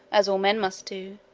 as all men must do